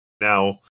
now